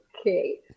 okay